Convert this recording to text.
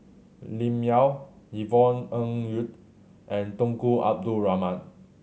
Lim Yau Yvonne Ng Uhde and Tunku Abdul Rahman